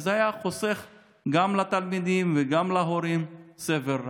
וזה היה חוסך גם לתלמידים וגם להורים סבל רב.